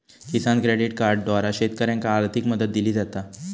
किसान credit कार्डद्वारा शेतकऱ्यांनाका आर्थिक मदत दिली जाता